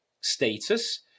status